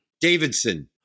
Davidson